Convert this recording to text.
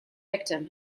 victim